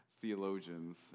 theologians